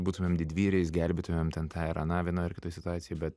būtumėm didvyriais gelbėtumėm ten tą ar aną vienoj ar kitoj situacijoj bet